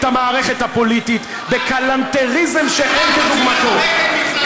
המערכת הפוליטית בכלנתריזם שאין כדוגמתו.